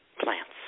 plants